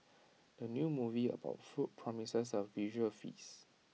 the new movie about food promises A visual feast